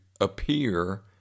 appear